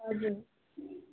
हजुर